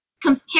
compare